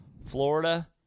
Florida